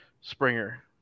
Springer